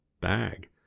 bag